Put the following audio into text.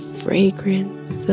fragrance